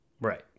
Right